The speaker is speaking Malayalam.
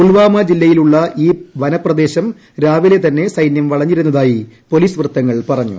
പൂർവാമ ജില്ലയിലുള്ള ഈ വനപ്രദേശം രാവിലെ തന്നെ സൈനൃം വളഞ്ഞിരുന്നതായി പൊലീസ് വൃത്തങ്ങൾ പറഞ്ഞു